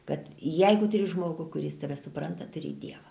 kad jeigu turi žmogų kuris tave supranta turi dievą